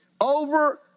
over